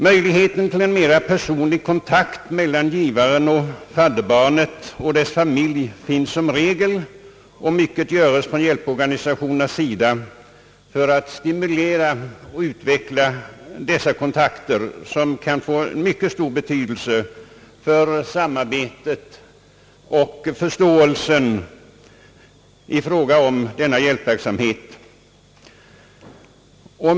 Möjligheter till mer personlig kontakt mellan givaren samt fadderbarnet och dess familj finns som regel, och mycket görs från hjälporganisationernas sida för att stimulera och utveckla sådana kontakter, vilket kan få mycket stor betydelse för samarbetet och förståelsen i fråga om denna hjälpverksamhet.